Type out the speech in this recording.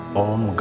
om